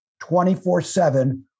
24-7